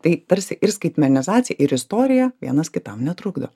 tai tarsi ir skaitmenizacija ir istorija vienas kitam netrukdo